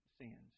sins